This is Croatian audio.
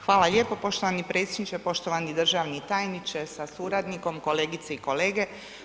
Hvala lijepo, poštovani predsjedniče, poštovani državni tajniče sa suradnikom, kolegice i kolege.